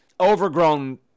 overgrown